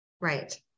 Right